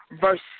Verse